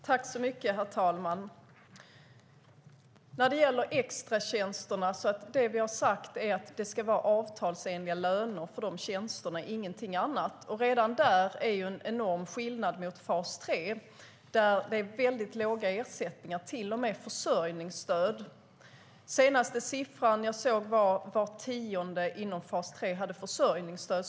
Herr talman! När det gäller extratjänsterna har vi sagt att det ska vara avtalsenliga löner för de tjänsterna - ingenting annat. Redan där är det ju en enorm skillnad mot fas 3, där det är väldigt låga ersättningar och till och med försörjningsstöd. Enligt den senaste siffran jag såg har var tionde inom fas 3 försörjningsstöd.